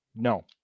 No